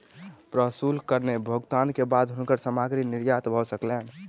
प्रशुल्क करक भुगतान के बाद हुनकर सामग्री निर्यात भ सकलैन